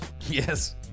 Yes